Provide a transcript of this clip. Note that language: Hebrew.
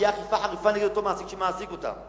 תהיה אכיפה חריפה נגד אותו מעסיק שמעסיק אותם.